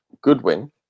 Goodwin